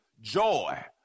Joy